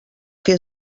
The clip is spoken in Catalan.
que